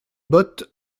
bottes